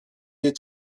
des